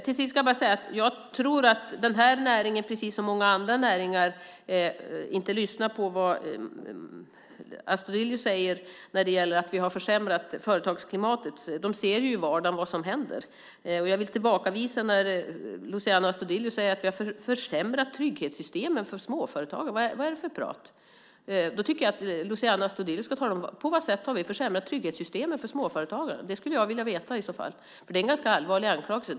Till sist ska jag bara säga att jag tror att den här näringen, precis som många andra näringar, inte lyssnar på vad Astudillo säger när det gäller att vi har försämrat företagsklimatet. De ser ju i vardagen vad som händer. Luciano Astudillo säger att vi har försämrat trygghetssystemen för småföretagare. Det vill jag tillbakavisa. Vad är det för prat? Då tycker jag att Luciano Astudillo ska tala om på vilket sätt vi har försämrat trygghetssystemen för småföretagare. Det skulle jag vilja veta i så fall, för det är en ganska allvarlig anklagelse.